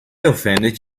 offended